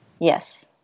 Yes